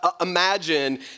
imagine